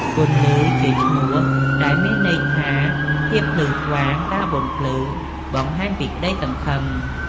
ពន្លឺជាឈ្មោះ ដែលមានន័យថាភាពភ្លឺស្វាង ការបំភ្លឺ បង្ហាញពីក្តីសង្ឃឹម។